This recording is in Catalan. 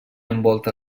envolta